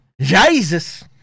Jesus